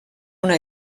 una